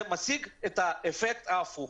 זה משיג את האפקט ההפוך.